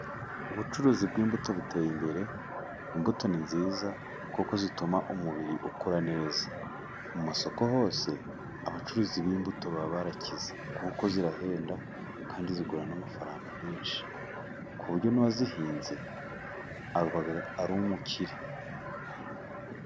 Ubucuruzi bw'imbuto buteye imbere. Imbuto ni nziza, kuko zituma umubiri ukora neza. Mu masoko hose abacuruzi b'imbuto baba barakize, kuko zirahenda kandi zigura n' amafaranga menshi, ku buryo n'uwazihinze aba ari umukire.